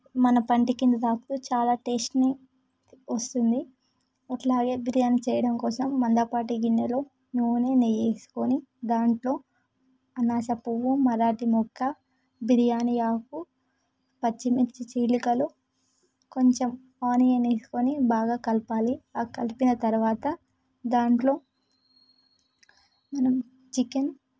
మన పంటి కింద తాకుతూ చాలా టేస్ట్ని వస్తుంది అలాగే బిర్యాని చేయడం కోసం మందపాటి గిన్నెలో నూనె నెయ్యి వేసుకొని దానిలో అనాసపువ్వు మరాఠీ మొగ్గ బిర్యానీ ఆకు పచ్చిమిర్చి చీలికలు కొంచెం ఆనియన్ వేసుకొని బాగా కలపాలి ఆ కలిపిన తరువాత దానిలో మనం చికెన్